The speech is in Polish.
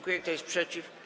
Kto jest przeciw?